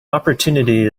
opportunity